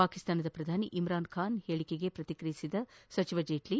ಪಾಕಿಸ್ತಾನದ ಪ್ರಧಾನಿ ಇಮ್ರಾನ್ ಖಾನ್ ಹೇಳಿಕೆಗೆ ಪ್ರತಿಕ್ರಿಯಿಸಿದ ಜೇಟ್ಲ